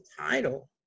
title